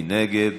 מי נגד?